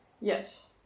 Yes